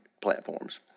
platforms